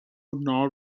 nor